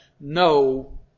no